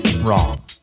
wrong